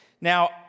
Now